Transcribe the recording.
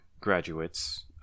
graduates